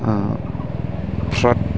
फ्राथ